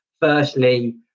firstly